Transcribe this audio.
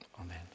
Amen